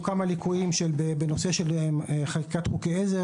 מצאנו כמה ליקויים בנושא של חקיקת חוקי עזר